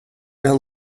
han